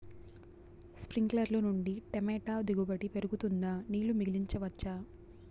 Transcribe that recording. స్ప్రింక్లర్లు నుండి టమోటా దిగుబడి పెరుగుతుందా? నీళ్లు మిగిలించవచ్చా?